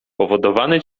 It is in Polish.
powodowany